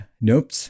nope